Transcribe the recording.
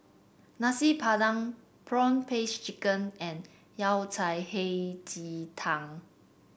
Nasi Padang prawn paste chicken and Yao Cai Hei Ji Tang